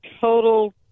total